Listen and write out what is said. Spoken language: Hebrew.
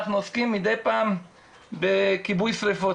אנחנו עוסקים מדי פעם בכיבוי שריפות.